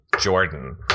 jordan